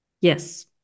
Yes